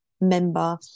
member